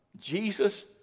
Jesus